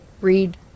read